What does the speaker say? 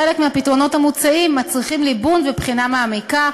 חלק מהפתרונות המוצעים מצריכים ליבון ובחינה מעמיקה,